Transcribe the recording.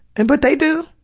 and but they do.